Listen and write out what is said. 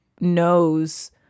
knows